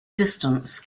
distance